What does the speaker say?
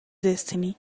destiny